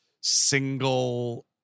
single